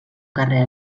carrer